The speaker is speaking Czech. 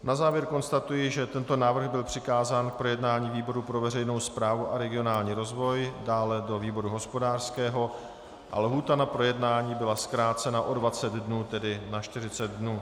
Na závěr konstatuji, že tento návrh byl přikázán k projednání výboru pro veřejnou správu a regionální rozvoj, dále do výboru hospodářského a lhůta na projednání byla zkrácena o 20 dnů, tedy na 40 dnů.